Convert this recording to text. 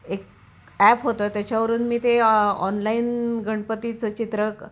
एक ॲप होतं त्याच्यावरून मी ते ऑनलाईन गणपतीचं चित्र क